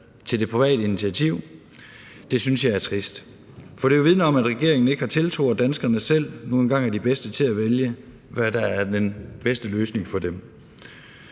til det private initiativ. Det synes jeg er trist, for det vidner om, at regeringen ikke har tiltro til, at danskerne selv nu engang er de bedste til at vælge, hvad der er den bedste løsning for dem.